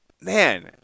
man